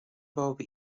bobby